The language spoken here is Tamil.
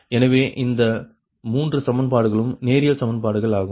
எனவே இந்த 3 சமன்பாடுகளும் நேரியல் சமன்பாடுகள் ஆகும்